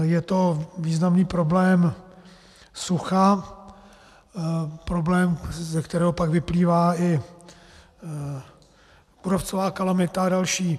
Je to významný problém sucha, problém, ze kterého pak vyplývá i kůrovcová kalamita a další.